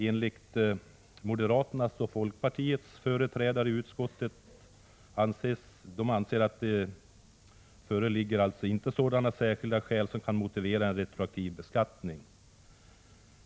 Enligt moderaternas och folkpartiets företrädare i utskottet anses det inte föreligga sådana särskilda skäl som kan motivera en retroaktiv beskattning.